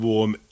Warm